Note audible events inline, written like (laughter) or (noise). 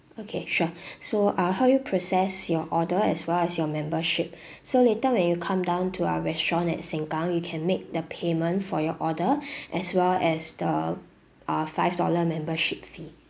okay sure (breath) so I will help you process your order as well as your membership (breath) so later when you come down to our restaurant at sengkang you can make the payment for your order (breath) as well as the uh five dollar membership fee